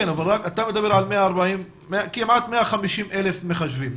אתה מדבר על כמעט 150,000 מחשבים.